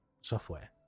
software